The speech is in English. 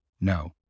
No